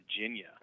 Virginia